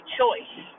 choice